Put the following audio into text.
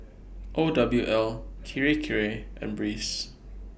O W L Kirei Kirei and Breeze